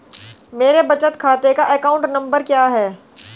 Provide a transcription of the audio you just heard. मेरे बचत खाते का अकाउंट नंबर क्या है?